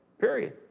period